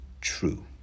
true